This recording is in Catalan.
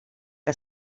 que